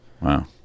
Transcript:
Wow